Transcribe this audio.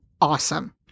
awesome